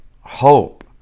hope